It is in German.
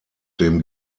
dem